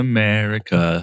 America